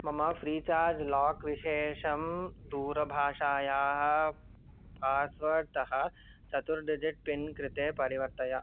मम free charge lock विशेषं दूरभाषायाः पास्वर्ड् तः चतुर् डिजिट् पिन् कृते परिवर्तय